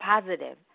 positive